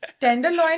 Tenderloin